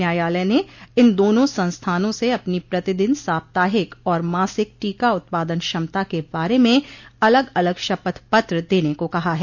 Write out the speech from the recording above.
न्यायालय ने इन दोनों संस्थानों से अपनी प्रतिदिन साप्ताहिक और मासिक टीका उत्पादन क्षमता के बारे में अलग अलग शपथ पत्र देने को कहा है